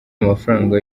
amafaranga